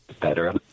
better